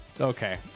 okay